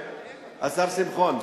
השר שמחון,